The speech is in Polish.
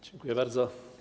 Dziękuję bardzo.